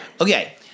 Okay